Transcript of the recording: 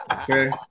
okay